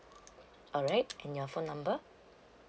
alright and your phone number